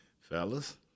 Fellas